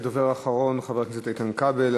הדובר האחרון הוא חבר הכנסת איתן כבל.